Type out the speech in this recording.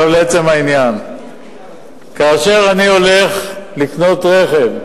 לעצם העניין, כאשר אני הולך לקנות רכב,